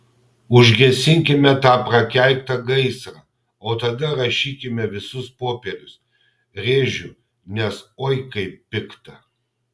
užgesinkime tą prakeiktą gaisrą o tada rašykime visus popierius rėžiu nes oi kaip pikta